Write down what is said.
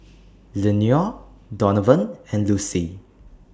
Lenore Donavan and Lucy